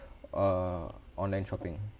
uh online shopping